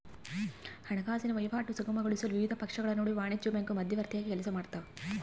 ಹಣಕಾಸಿನ ವಹಿವಾಟು ಸುಗಮಗೊಳಿಸಲು ವಿವಿಧ ಪಕ್ಷಗಳ ನಡುವೆ ವಾಣಿಜ್ಯ ಬ್ಯಾಂಕು ಮಧ್ಯವರ್ತಿಯಾಗಿ ಕೆಲಸಮಾಡ್ತವ